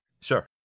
Sure